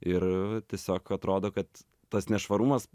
ir tiesiog atrodo kad tas nešvarumas